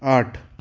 आठ